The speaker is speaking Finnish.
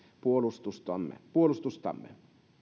puolustustamme puolustustamme